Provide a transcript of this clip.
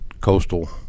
coastal